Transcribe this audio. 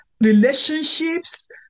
Relationships